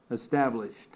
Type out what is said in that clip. established